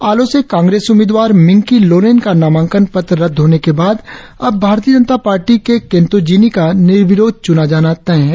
आलो से कांग्रेस उम्मीदवार मिंकी लोलेन का नामांकन पत्र रद्द होने के बाद अब भारतीय जनता पार्टी के केंतो जिनी का निर्विरोध चुना जाना तय है